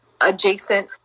adjacent